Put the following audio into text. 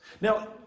now